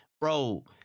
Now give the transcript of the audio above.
bro